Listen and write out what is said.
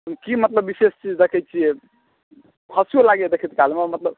कि मतलब विशेष चीज देखै छिए हँसिओ लागैए देखै कालमे मतलब